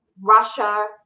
Russia